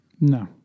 No